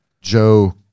Joe